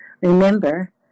Remember